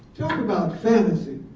about fantasy.